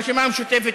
של הרשימה המשותפת,